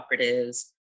cooperatives